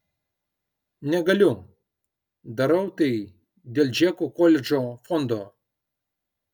negaliu darau tai dėl džeko koledžo fondo